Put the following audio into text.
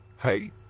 Hey